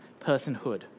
personhood